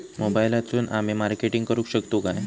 मोबाईलातसून आमी मार्केटिंग करूक शकतू काय?